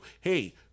Hey